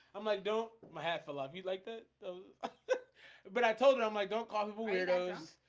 i'm like don't my hat for love you'd like that but i told her i'm like, don't call me weirdos.